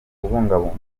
kubungabunga